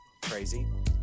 crazy